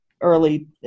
early